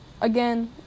Again